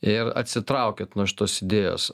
ir atsitraukėt nuo šitos idėjos